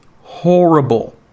horrible